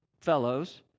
fellows